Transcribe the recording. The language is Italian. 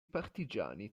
partigiani